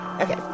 Okay